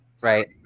Right